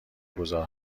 گذار